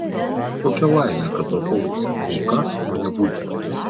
kokia laimė kad tapau auka o ne budeliu